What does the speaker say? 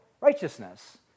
righteousness